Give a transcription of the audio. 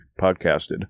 podcasted